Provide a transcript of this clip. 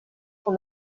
pour